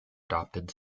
adopted